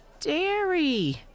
dairy